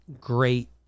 great